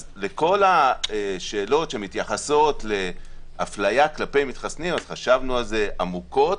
אז לכל השאלות שמתייחסות לאפליה כלפי מתחסנים אז חשבנו על זה עמוקות,